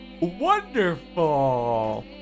Wonderful